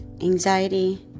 anxiety